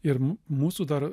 ir mūsų dar